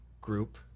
group